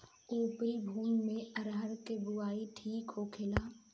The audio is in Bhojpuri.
उपरी भूमी में अरहर के बुआई ठीक होखेला?